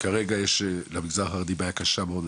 שכרגע יש למגזר החרדי בעיה קשה מאוד,